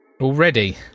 Already